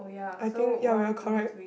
I think ya we're correct